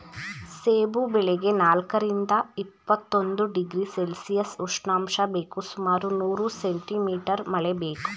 ಸೇಬು ಬೆಳೆಗೆ ನಾಲ್ಕರಿಂದ ಇಪ್ಪತ್ತೊಂದು ಡಿಗ್ರಿ ಸೆಲ್ಶಿಯಸ್ ಉಷ್ಣಾಂಶ ಬೇಕು ಸುಮಾರು ನೂರು ಸೆಂಟಿ ಮೀಟರ್ ಮಳೆ ಬೇಕು